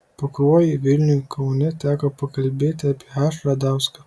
pakruojy vilniuj kaune teko pakalbėti apie h radauską